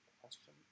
question